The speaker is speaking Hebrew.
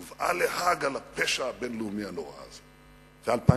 הובאה להאג על הפשע הבין-לאומי הנורא הזה ב-2003.